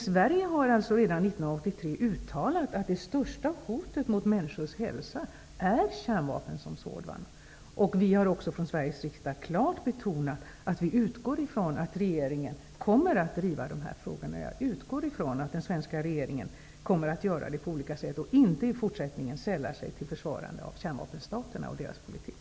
Sverige har redan 1983 uttalat att det största hotet mot människors hälsa är kärnvapen som sådana. Vi har också från Sveriges riksdag klart betonat att vi utgår från att regeringen kommer att driva dessa frågor. Jag utgår från att den svenska regeringen kommer att göra det på olika sätt och inte i fortsättningen sällar sig till försvarande av kärnvapenstaterna och deras politik.